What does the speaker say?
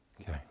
Okay